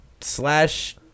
Slash